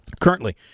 Currently